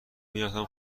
میرفتم